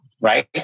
Right